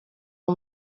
uwo